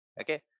okay